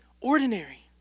ordinary